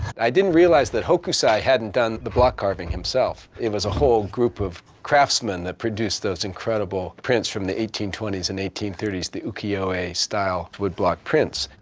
i didn't realize that hokusai hadn't done the block carving himself. it was a whole group of craftsmen that produced those incredible prints from the eighteen twenty s and eighteen thirty s, the ukiyo-e style woodblock prints.